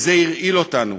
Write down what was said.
וזה הרעיל אותנו,